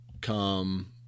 come